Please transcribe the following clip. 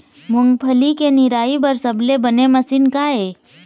मूंगफली के निराई बर सबले बने मशीन का ये?